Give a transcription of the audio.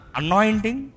anointing